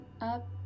up